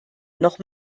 noch